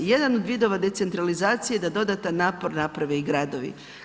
Jedan od vidova decentralizacije je da dodatan napor naprave i gradovi.